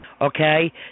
Okay